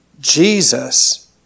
Jesus